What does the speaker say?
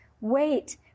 wait